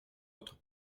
autre